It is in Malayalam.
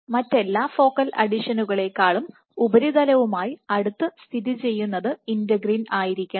അതിനാൽ മറ്റെല്ലാ ഫോക്കൽ അഡെഷനുകളെക്കാളും ഉപരിതലവുമായി അടുത്ത് സ്ഥിതി ചെയ്യുന്ന ഇന്റഗ്രിൻ ആയിരിക്കണം